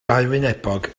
dauwynebog